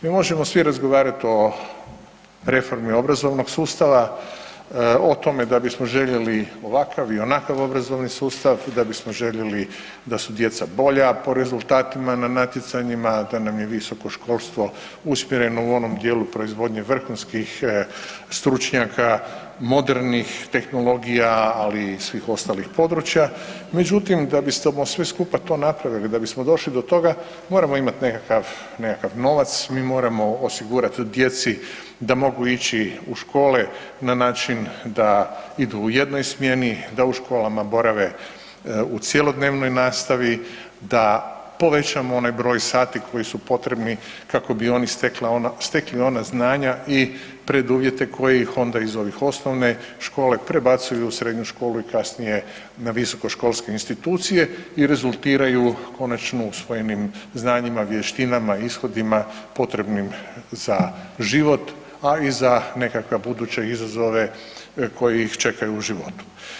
Mi možemo svi razgovarati o reformi obrazovnog sustava, o tome da bismo željeli ovakav ili onakav obrazovni sustav, da bismo željeli da su djeca bolja po rezultatima na natjecanjima, da nam je visoko školstvo usmjereno u onom dijelu proizvodnje vrhunskih stručnjaka, modernih tehnologija, ali i svih ostalih područja, međutim, da bismo to sve skupa to napravili, da bismo došli do toga, moramo imati nekakav novac, mi moramo osigurati djeci da mogu ići u škole na način da idu u jednoj smjeni, a u školama borave u cjelodnevnoj nastavi, da povećamo onaj broj sati koji su potrebni kako bi oni stekli ona znanja i preduvjete koji ih onda iz ovih osnove škole prebacuju u srednju školu i kasnije na visokoškolske institucije i rezultiraju konačno usvojenim znanjima, vještinama i ishodima potrebnim za život, a i za nekakva buduće izazove koji ih čekaju u životu.